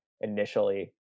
initially